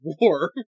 War